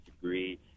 degree